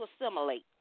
assimilate